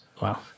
Wow